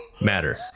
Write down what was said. matter